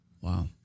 Wow